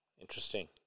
Interesting